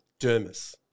dermis